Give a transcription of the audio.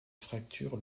fracture